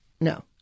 No